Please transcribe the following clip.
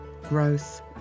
growth